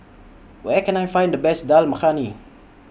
Where Can I Find The Best Dal Makhani